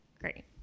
great